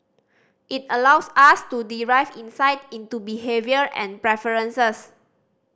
it allows us to derive insight into behaviour and preferences